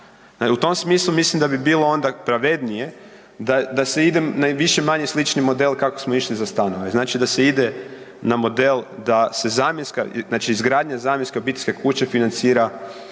u tom smislu mislim da bi bilo onda pravednije da se ide na više-manje slični model kako smo išli za stanove. Znači da se ide na model da se zamjenska, znači izgradnja zamjenske obiteljske kuće financira